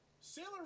Sailor